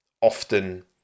often